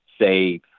say